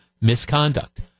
misconduct